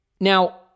Now